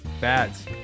bats